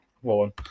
one